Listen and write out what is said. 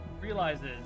realizes